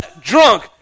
drunk